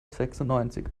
sechsundneunzig